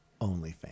OnlyFans